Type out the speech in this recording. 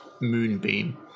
moonbeam